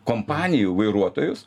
kompanijų vairuotojus